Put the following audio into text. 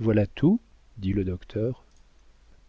voilà tout dit le docteur